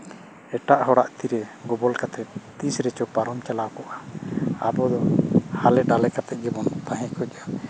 ᱮᱴᱟᱜ ᱦᱚᱲᱟᱜ ᱛᱤᱨᱮ ᱜᱚᱵᱚᱞ ᱠᱟᱛᱮ ᱛᱤᱥ ᱨᱮᱪᱚ ᱯᱟᱨᱚᱢ ᱪᱟᱞᱟᱣ ᱠᱚᱜᱼᱟ ᱟᱵᱚ ᱦᱟᱞᱮ ᱰᱟᱞᱮ ᱠᱟᱛᱮ ᱜᱮᱵᱚᱱ ᱛᱟᱦᱮᱸ ᱠᱚᱜᱼᱟ